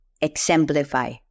exemplify